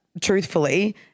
truthfully